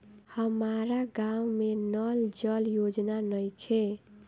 हमारा गाँव मे नल जल योजना नइखे?